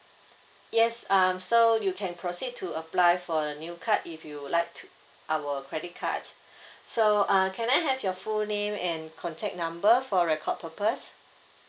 yes um so you can proceed to apply for a new card if you would like t~ our credit cards so uh can I have your full name and contact number for record purpose